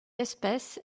espèce